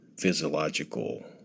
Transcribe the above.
physiological